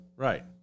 Right